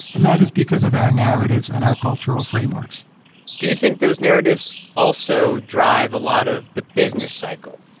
and that is because of our narratives and our cultural frameworks do you think those narratives also drive a lot of the business cycle?